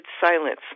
silence